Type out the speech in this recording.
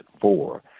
four